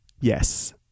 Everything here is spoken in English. Yes